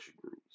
groups